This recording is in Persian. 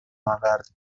آورد